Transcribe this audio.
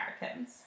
Americans